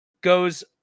goes